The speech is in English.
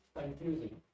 confusing